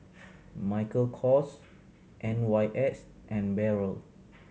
Michael Kors N Y S and Barrel